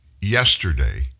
yesterday